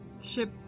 ship